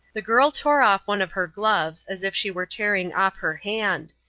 the girl tore off one of her gloves, as if she were tearing off her hand.